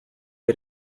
had